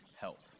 help